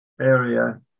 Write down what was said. area